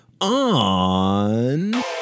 on